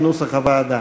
כנוסח הוועדה.